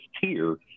tier